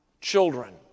children